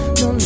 no